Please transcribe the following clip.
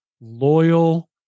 loyal